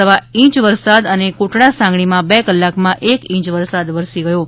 સવા ઇંચ વરસાદ અને કોટડાસાંગાણીમાં બે કલાકમાં એક ઇંચ વરસાદ વરસી ગયો હતો